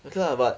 okay lah but